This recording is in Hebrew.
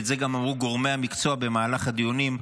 ואת זה אמרו גם גורמי המקצוע המהלך הדיונים,